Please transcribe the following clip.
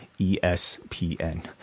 ESPN